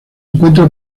encuentra